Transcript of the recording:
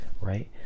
right